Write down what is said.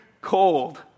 Cold